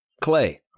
Clay